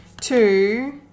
two